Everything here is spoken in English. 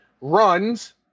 runs